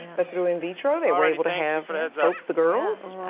but through in vitro, they were able to have both the girls.